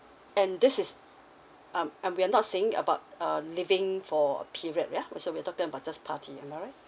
and this is um and we're not saying about uh living for period so we're talking about just party alright